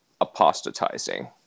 apostatizing